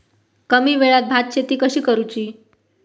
कमी वेळात भात शेती कशी करुची?